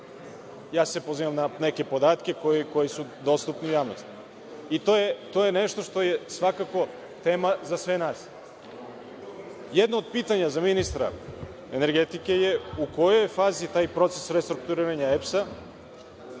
Ja se pozivam na neke podatke koji su dostupni javnosti. To je nešto što je tema za sve nas. Jedno od pitanja za ministra energetike je – u kojoj je fazi taj proces restrukturiranja EPS-a,